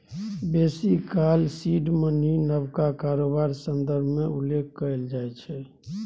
बेसी काल seed money नबका कारोबार संदर्भ मे उल्लेख कएल जाइ छै